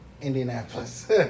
Indianapolis